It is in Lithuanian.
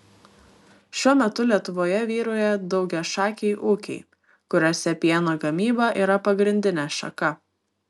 šiuo metu lietuvoje vyrauja daugiašakiai ūkiai kuriuose pieno gamyba yra pagrindinė šaka